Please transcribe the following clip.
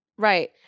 Right